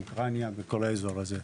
אוקראינה וכל האזור הזה.